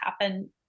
happen